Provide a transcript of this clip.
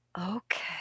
Okay